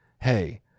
hey